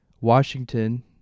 Washington